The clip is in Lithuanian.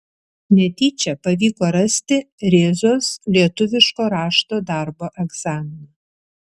netyčia pavyko rasti rėzos lietuviško rašto darbo egzaminą